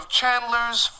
Chandler's